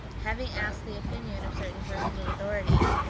having asked the opinion of certain persons of authority,